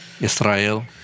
Israel